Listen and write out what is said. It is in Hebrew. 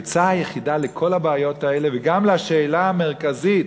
העצה היחידה בכל הבעיות האלה וגם בשאלה המרכזית: